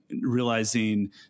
realizing